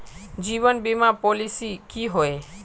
जीवन बीमा पॉलिसी की होय?